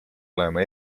olema